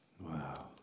Wow